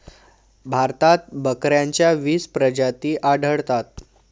भारतात बकऱ्यांच्या वीस प्रजाती आढळतात